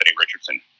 Richardson